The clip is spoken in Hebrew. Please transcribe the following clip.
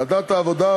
ועדת העבודה,